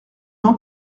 jean